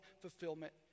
fulfillment